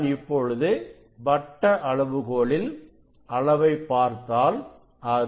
நான் இப்பொழுது வட்ட அளவுகோலில் அளவைப் பார்த்தால் அது 0